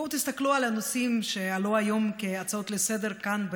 בואו ותסתכלו על הנושאים שעלו היום כהצעות לסדר-היום כאן,